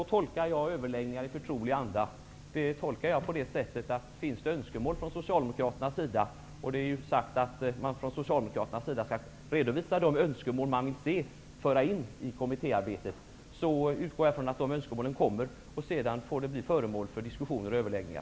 Jag tolkar uttrycket överläggningar i förtrolig anda på det sättet, att om det finns önskemål från Socialdemokraterna -- och det är ju sagt att Socialdemokraterna skall redovisa de önskemål de vill föra in i kommittéarbetet, och jag utgår från att de kommer -- får dessa bli föremål för diskussioner och överläggningar.